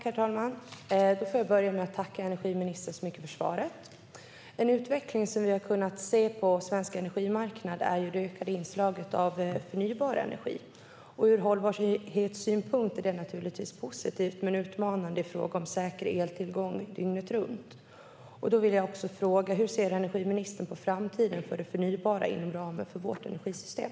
Herr talman! Jag tackar energiministern så mycket för svaret. En utveckling vi har kunnat se på den svenska energimarknaden är det ökade inslaget av förnybar energi. Ur hållbarhetssynpunkt är det naturligtvis positivt, men det är utmanande i fråga om säker eltillgång dygnet runt. Hur ser energiministern på framtiden för det förnybara inom ramen för vårt energisystem?